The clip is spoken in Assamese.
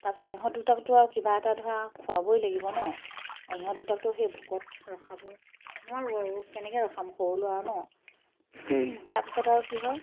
তাৰপিছত ইহঁত দুটাকতো আৰু কিবা এটা ধৰা খোৱাবই লাগিব ন ইহঁত দুটাকতো সেই ভোকত ৰখাব নোৱাৰোঁ আৰু কেনেকৈ ৰখাম সৰু ল'ৰা ন তাৰপিছত আৰু কি হয়